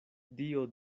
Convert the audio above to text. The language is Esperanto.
dio